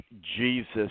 Jesus